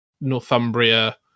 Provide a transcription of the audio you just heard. Northumbria